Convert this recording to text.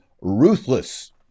ruthless